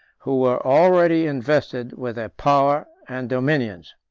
who were already invested with their power and dominions.